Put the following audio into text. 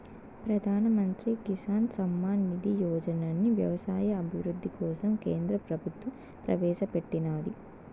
ప్రధాన్ మంత్రి కిసాన్ సమ్మాన్ నిధి యోజనని వ్యవసాయ అభివృద్ధి కోసం కేంద్ర ప్రభుత్వం ప్రవేశాపెట్టినాది